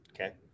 Okay